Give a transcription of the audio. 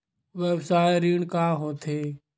व्यवसाय ऋण का होथे?